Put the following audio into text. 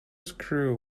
screw